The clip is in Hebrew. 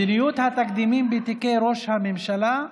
מדיניות התקדימים בתיקי ראש הממשלה,